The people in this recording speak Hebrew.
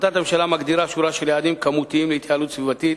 החלטת הממשלה מגדירה שורה של יעדים כמותיים להתייעלות סביבתית,